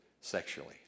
sexually